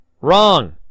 Wrong